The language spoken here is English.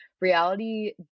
reality